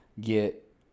get